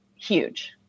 huge